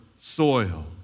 soil